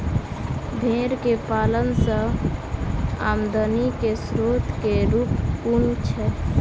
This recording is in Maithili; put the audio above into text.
भेंर केँ पालन सँ आमदनी केँ स्रोत केँ रूप कुन छैय?